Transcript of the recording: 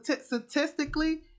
Statistically